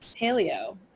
paleo